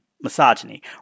misogyny